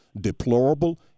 deplorable